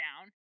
down